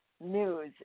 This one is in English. news